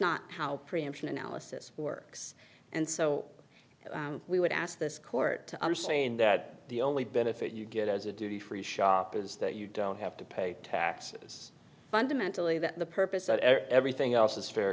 not how preemption analysis works and so we would ask this court to understand that the only benefit you get as a duty free shop is that you don't have to pay taxes fundamentally that the purpose of everything else is fair